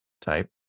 type